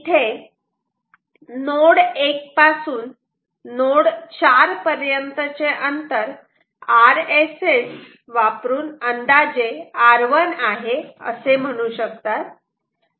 इथे नोड 1 पासून नोड 4 पर्यंतचे अंतर RSS वापरूनअंदाजे r1 आहे असे म्हणू शकतात